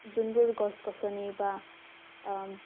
যোনবোৰ গছ গছনি বা